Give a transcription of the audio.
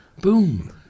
boom